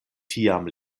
tiam